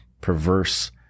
perverse